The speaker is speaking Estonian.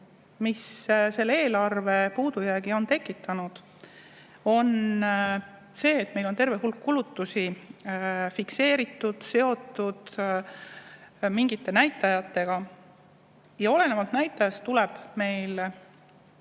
mis on eelarve puudujäägi tekitanud, on see, et meil on terve hulk kulutusi fikseeritud, seotud mingite näitajatega ja olenevalt näitajast tuleb meil